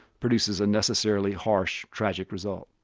produces a necessarily harsh, tragic result.